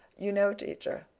you know, teacher.